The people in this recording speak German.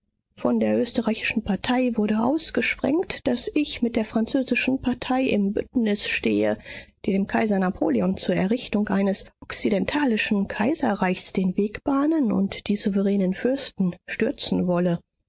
von der österreichischen partei wurde ausgesprengt daß ich mit der französischen partei im bündnis stehe die dem kaiser napoleon zur errichtung eines okzidentalischen kaiserreichs den weg bahnen und die souveränen fürsten stürzen wolle